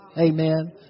Amen